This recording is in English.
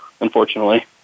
unfortunately